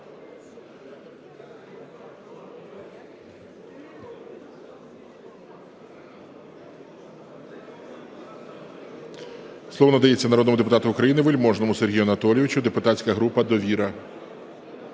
Слово надається народному депутату України Вельможному Сергію Анатолійовичу, депутатська група "Довіра".